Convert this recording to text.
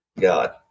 God